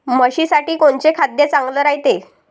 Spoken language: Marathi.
म्हशीसाठी कोनचे खाद्य चांगलं रायते?